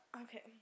okay